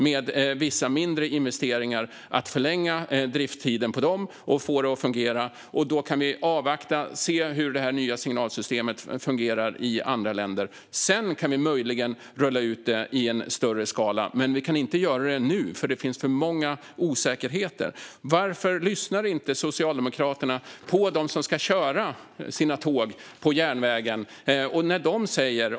Med vissa mindre investeringar går det dock att förlänga driftstiden på dem och få det att fungera. Då kan vi avvakta och se hur det här nya signalsystemet fungerar i andra länder, och sedan kan vi möjligen rulla ut det i större skala. Men vi kan inte göra det nu, för det finns för många osäkerheter. Varför lyssnar inte Socialdemokraterna på dem som ska köra tågen på järnvägen?